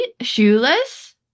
Shoeless